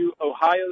Ohio